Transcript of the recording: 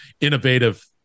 innovative